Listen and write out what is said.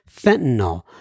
fentanyl